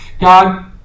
God